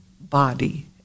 body